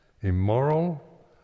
immoral